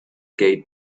gate